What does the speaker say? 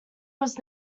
was